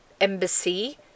embassy